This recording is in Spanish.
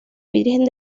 virgen